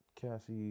Cassie